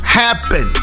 happen